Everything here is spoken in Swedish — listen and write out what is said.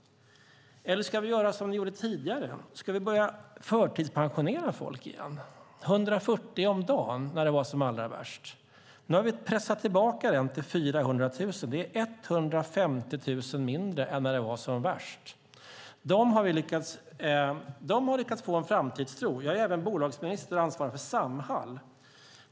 Eller ska vi göra som ni gjorde tidigare och börja förtidspensionera folk igen? När det var som allra värst var det 140 om dagen. Nu har vi pressat tillbaka antalet förtidspensionerade till 400 000. Det är 150 000 färre än när det var som värst. Dessa människor har lyckats få en framtidstro. Jag är även bolagsminister och ansvarar för Samhall.